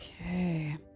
Okay